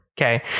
Okay